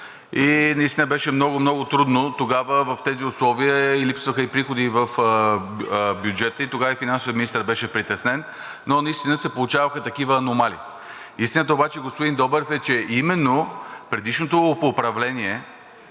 и наистина беше много, много трудно тогава в тези условия, а липсваха и приходи в бюджета. Тогава и финансовият министър беше притеснен, но наистина се получаваха такива аномалии. Истината обаче е, господин Добрев, че именно предишното управление